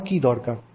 তো আমার কী দরকার